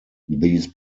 these